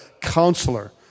counselor